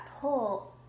pull